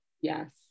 Yes